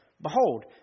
Behold